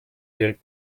die